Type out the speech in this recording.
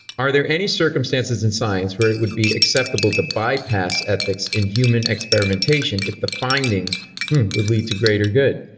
are there any circumstances in science where it would be acceptable to bypass ethics in human experimentation if the findings would lead to greater good?